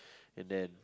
and then